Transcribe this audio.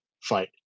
fight